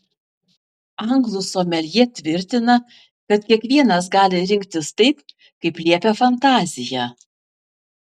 anglų someljė tvirtina kad kiekvienas gali rinktis taip kaip liepia fantazija